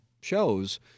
shows